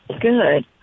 Good